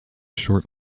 short